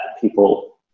people